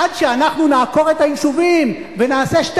עד שאנחנו נעקור את היישובים ונעשה שתי